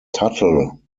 tuttle